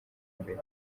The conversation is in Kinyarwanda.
imbere